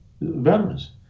veterans